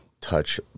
touch